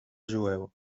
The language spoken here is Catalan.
jueu